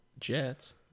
Jets